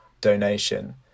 donation